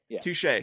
touche